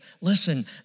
Listen